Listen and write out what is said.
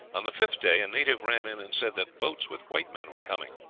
on the fifth day a native ran in and said that boats with white men were coming.